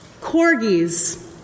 Corgis